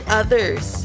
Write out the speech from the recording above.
others